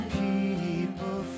people